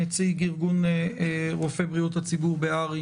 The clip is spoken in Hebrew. נציג ארגון רופאי בריאות הציבור בהר"י,